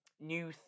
new